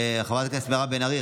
חברת הכנסת מירב בן ארי,